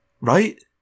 right